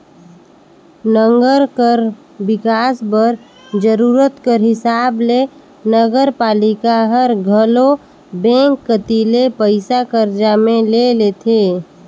नंगर कर बिकास बर जरूरत कर हिसाब ले नगरपालिका हर घलो बेंक कती ले पइसा करजा में ले लेथे